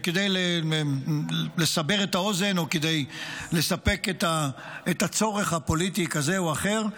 כדי לסבר את האוזן או כדי לספק צורך פוליטי כזה או אחר,